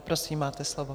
Prosím, máte slovo.